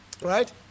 right